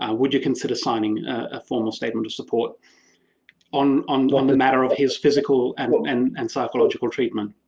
ah would you consider signing a formal statement of support on and on the matter of his physical and and and psychological treatment?